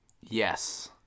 Yes